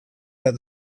that